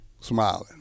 smiling